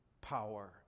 power